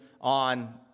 on